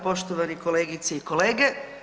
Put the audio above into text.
Poštovane kolegice i kolege.